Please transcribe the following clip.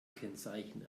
kennzeichen